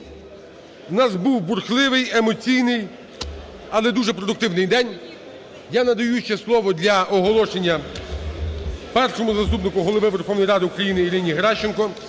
У нас був бурхливий, емоційний, але дуже продуктивний день. Я надаю ще слово для оголошення Першому заступнику Голови Верховної Ради України Ірині Геращенко.